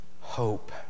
hope